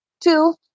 two